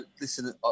listen